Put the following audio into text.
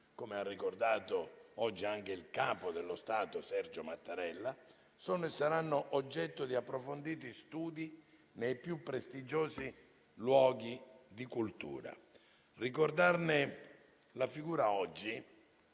come ha ricordato oggi anche il Capo dello Stato, Sergio Mattarella - sono e saranno oggetto di approfonditi studi nei più prestigiosi luoghi di cultura. Ricordarne la figura oggi